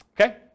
Okay